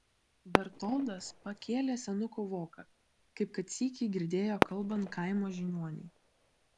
bertoldas pakėlė senuko voką kaip kad sykį girdėjo kalbant kaimo žiniuonį